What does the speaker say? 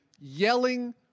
yelling